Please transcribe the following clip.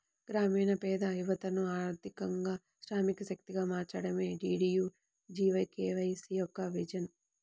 గ్రామీణ పేద యువతను ఆర్థికంగా శ్రామిక శక్తిగా మార్చడమే డీడీయూజీకేవై యొక్క విజన్